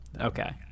Okay